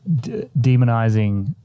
demonizing